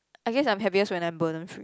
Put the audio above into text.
I guess I'm happiest when I am burden free